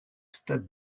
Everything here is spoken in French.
stade